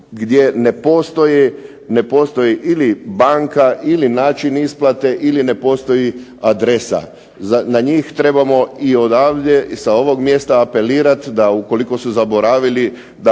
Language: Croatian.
gdje ne postoji ili banka, ili način isplate ili ne postoji adresa. Na njih trebamo i odavde sa ovog mjesta apelirati da ukoliko su zaboravili